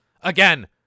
Again